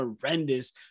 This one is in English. horrendous